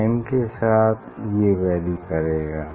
time के साथ ये वैरी करेगा